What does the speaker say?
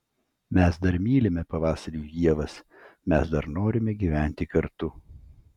mes dar mylime pavasarių ievas mes dar norime gyventi kartu